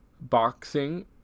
Boxing